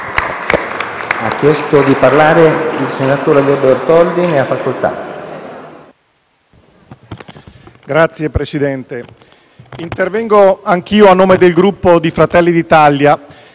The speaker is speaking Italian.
Signor Presidente, intervengo anch'io, a nome del Gruppo Fratelli d'Italia,